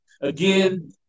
again